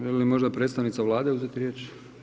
Želi li možda predstavnica Vlade uzeti riječ?